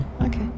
Okay